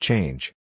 Change